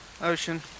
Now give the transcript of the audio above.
Ocean